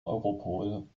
europol